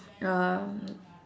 um